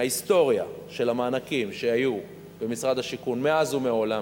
בהיסטוריה של המענקים שהיו במשרד השיכון מאז ומעולם,